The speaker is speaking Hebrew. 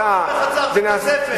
בחצר בית-הספר.